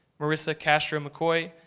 marissa castro mikoy,